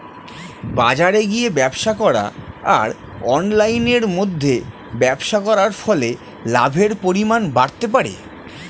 বাজারে গিয়ে ব্যবসা করা আর অনলাইনের মধ্যে ব্যবসা করার ফলে লাভের পরিমাণ বাড়তে পারে?